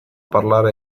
parlare